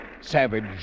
savage